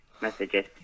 messages